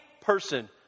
person